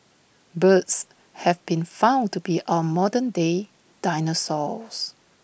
birds have been found to be our modern day dinosaurs